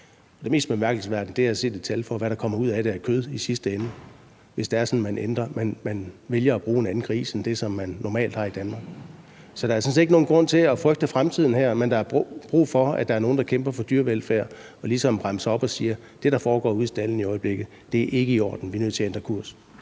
Det mest bemærkelsesværdige – og det har jeg set et tal på – er, hvad der kommer ud af det af kød i sidste ende, hvis man vælger at bruge en anden gris end det, som man normalt har i Danmark. Så der er sådan set ikke nogen grund til at frygte fremtiden her, men der er brug for, at der er nogen, der kæmper for dyrevelfærd og ligesom bremser op og siger: Det, der foregår ude i staldene i øjeblikket, er ikke i orden; vi er nødt til at ændre kurs.